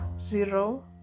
zero